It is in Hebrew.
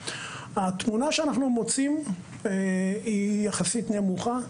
התמונה שאנחנו מוצאים היא יחסית נמוכה.